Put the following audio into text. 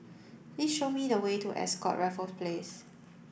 please show me the way to Ascott Raffles Place